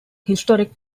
historic